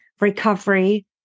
recovery